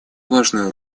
важную